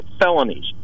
felonies